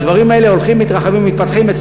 והדברים האלה הולכים ומתרחבים ומתפתחים.